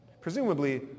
Presumably